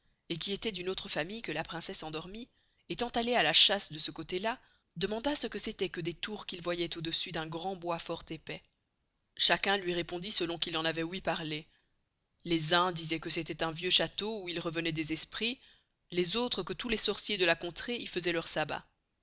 et qui estoit d'une autre famille que la princesse endormie estant allé à la chasse de ce costé là demanda ce que c'estoit que des tours qu'il voyoit au-dessus d'un grand bois fort épais chacun luy répondit selon qu'il en avoit ouï parler les uns disoient que c'estoit un vieux chasteau où il revenoit des esprits les autres que tous les sorciers de la contrée y faisoient leur sabbat